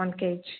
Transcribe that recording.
one gauge